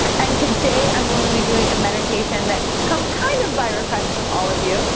and today, i'm going to be doing a meditation that comes kind of by request from all of you.